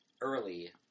early